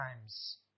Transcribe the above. times